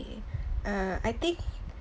uh I think